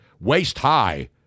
waist-high